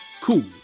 Cool